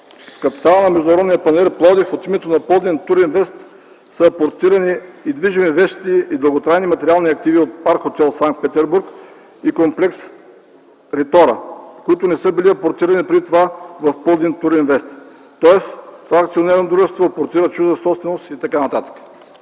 В капитала на „Международния панаир – Пловдив” от името на „Пълдин туринвест” АД са апортирани движими вещи и дълготрайни материални активи от парк хотел „Санкт Петербург” и комплекс „Ритора”, които не са били апортирани преди това в „Пълдин туринвест”. Тоест това акционерно дружество апортира чужда собственост и т.н.